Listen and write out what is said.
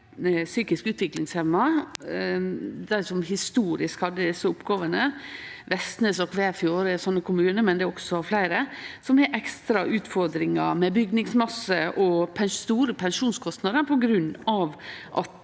psykisk utviklingshemma, dei som historisk hadde desse oppgåvene. Vestnes og Kvæfjord er slike kommunar, men det er også fleire, som har ekstra utfordringar med bygningsmasse og store pensjonskostnader på grunn av at